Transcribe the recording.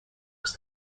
was